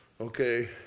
Okay